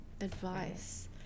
advice